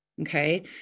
Okay